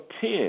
ten